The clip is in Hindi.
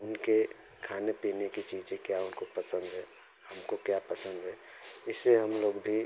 उनके खाने पीने की चीजें क्या उनको पसंद हैं हमको क्या पसंद है इससे हम लोग भी